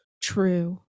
true